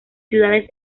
ciudades